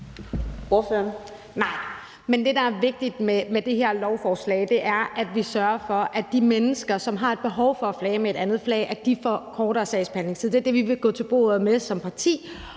Det, der er vigtigt med det her beslutningsforslag, er, at vi sørger for, at de mennesker, som har et behov for at flage med et andet flag, får kortere sagsbehandlingstid. Det er det, vi vil gå til bordet med som parti,